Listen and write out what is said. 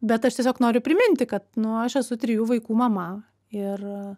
bet aš tiesiog noriu priminti kad nu aš esu trijų vaikų mama ir